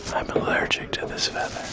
i'm allergic to this